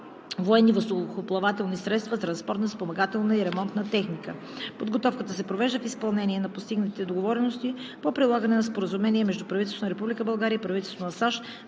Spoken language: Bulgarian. военни въздухоплавателни средства, транспортна, спомагателна и ремонтна техника. Подготовката се провежда в изпълнение на постигнатите договорености по прилагане на „Споразумение между правителството на Република България и правителството на САЩ